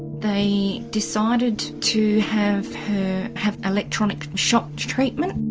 they decided to have have electronic shock treatment.